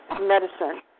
medicine